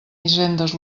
hisendes